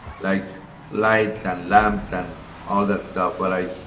like lights and lamps and all that stuff. but i,